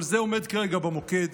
אבל זה עומד כרגע במוקד,